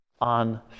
on